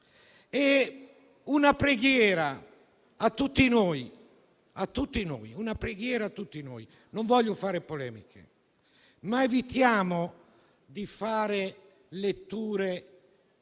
una preghiera a tutti noi. Non voglio fare polemiche, ma evitiamo di fare letture